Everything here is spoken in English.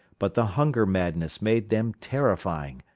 but the hunger-madness made them terrifying,